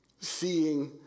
seeing